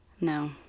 No